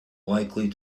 likely